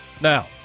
Now